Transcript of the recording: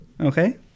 Okay